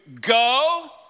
go